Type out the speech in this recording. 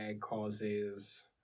causes